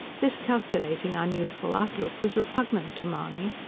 this calculating, unyouthful outlook was repugnant to mahony,